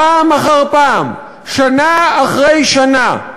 פעם אחר פעם, שנה אחרי שנה,